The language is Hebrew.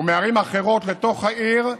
ומערים אחרות לתוך העיר,